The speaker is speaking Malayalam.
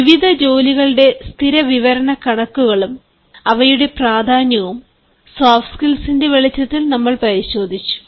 വിവിധ ജോലികളുടെ സ്ഥിതിവിവരക്കണക്കുകളും അവയുടെ പ്രാധാന്യവും സോഫ്റ്റ് സ്കിൽസ്ന്റെ വെളിച്ചത്തിൽ നമ്മൾ പരിശോധിച്ചു